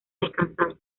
descansar